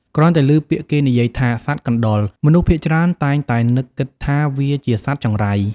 គ្រាន់តែឮពាក្យគេនិយាយថា សត្វកណ្តុរ មនុស្សភាគច្រើនតែងតែនឹកគិតថាវាជាសត្វចង្រៃ។